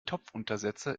topfuntersetzer